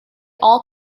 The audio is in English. all